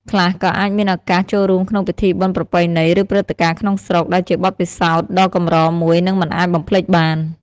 ខ្លះក៏អាចមានឱកាសចូលរួមក្នុងពិធីបុណ្យប្រពៃណី ឬព្រឹត្តិការណ៍ក្នុងស្រុក ដែលជាបទពិសោធន៍ដ៏កម្រមួយ និងមិនអាចបំភ្លេចបាន។